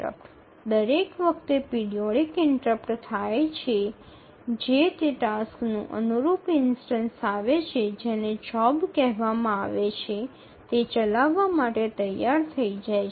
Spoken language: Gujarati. દરેક વખતે પિરિયોડિક ઇન્ટરપ્ટ થાય છે જે તે ટાસ્કનું અનુરૂપ ઇન્સ્ટનસ આવે છે જેને જોબ કહેવામાં આવે છે તે ચલાવવા માટે તૈયાર થઈ જાય છે